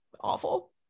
awful